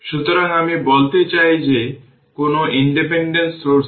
সুতরাং এটি কনস্ট্যান্ট τ সময়ের বিভিন্ন ভ্যালু এর জন্য রেসপন্স কার্ভ